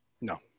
No